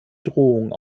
drohung